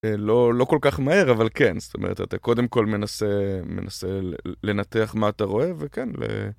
לא, לא כל כך מהר, אבל כן, זאת אומרת, אתה קודם כל מנסה לנתח מה אתה רואה, וכן ו...